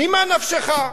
ממה נפשך.